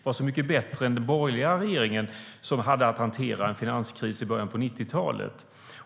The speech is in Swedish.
Det var mycket bättre än den borgerliga regeringen, som hade att hantera en finanskris i början av 90-talet.